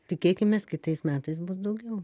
tikėkimės kitais metais bus daugiau